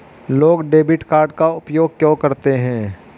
लोग debit card का उपयोग क्यों करते हैं?